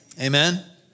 Amen